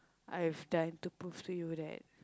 I have done to prove to you that